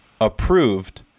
approved